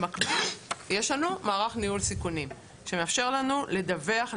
במקביל יש לנו מערך ניהול סיכונים שמאפשר לנו לדווח,